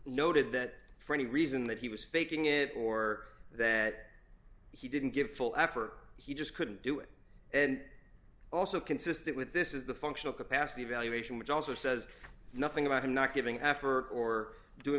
noted that for any reason that he was faking it or that he didn't give full effort he just couldn't do it and also consistent with this is the functional capacity evaluation which also says nothing about him not giving africa or doing